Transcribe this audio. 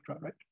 right